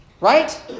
right